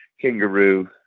kangaroo